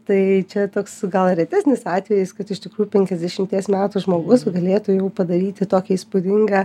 tai čia toks gal retesnis atvejis kad iš tikrųjų penkiasdešimties metų žmogus galėtų jau padaryti tokią įspūdingą